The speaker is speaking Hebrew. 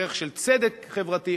ערך של צדק חברתי,